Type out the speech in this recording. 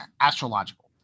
astrological